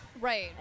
right